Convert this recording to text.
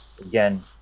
again